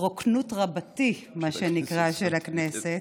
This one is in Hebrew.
להתרוקנות רבתי, מה שנקרא, של הכנסת.